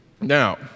Now